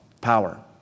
Power